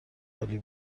عالی